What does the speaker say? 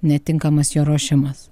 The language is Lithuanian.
netinkamas jo ruošimas